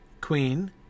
Queen